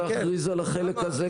אפשר להכריז על החלק הזה חסוי.